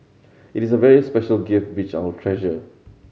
it is a very special gift which I will treasure